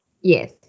Yes